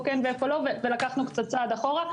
כן ואיפה לא ולקחנו קצת צעד אחורה,